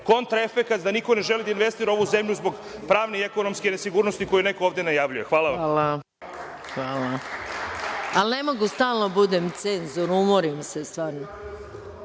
kontraefekat, da niko ne želi da investira u ovu zemlju zbog pravne i ekonomske nesigurnosti koju neko ovde najavljuje. Hvala vam. **Maja Gojković** Hvala. Ali, ne mogu stalno da budem cenzor, umorim se stvarno. Sada